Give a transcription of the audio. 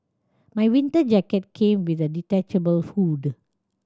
my winter jacket came with a detachable hood